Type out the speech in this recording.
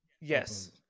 Yes